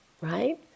right